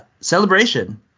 celebration